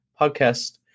podcast